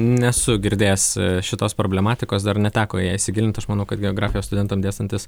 nesu girdėjęs šitos problematikos dar neteko į ją įsigilinti aš manau kad geografijos studentam dėstantis